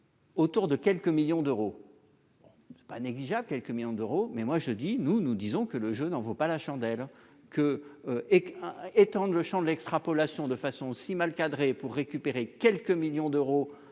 autour de quelques millions d'euros, c'est pas négligeable, quelques millions d'euros, mais moi je dis nous, nous disons que le jeu n'en vaut pas la chandelle que et étendent le Champ de l'extrapolation de façon si mal cadré pour récupérer quelques millions d'euros